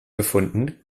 befunden